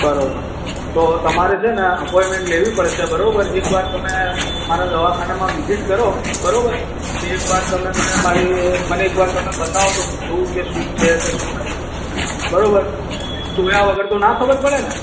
બરાબર તો તમારે છે ને અપોઇમેન્ટ લેવી પડશે બરાબર એકવાર તમે મારા દવાખાનામાં વિઝિટ કરો બરાબર ને એકવાર તમે મને મારી મને એકવાર તમે બતાવો તો હું જોઉં કે શું છે કે શું નહીં બરાબર જોયા વગર તો ના ખબર પડે ને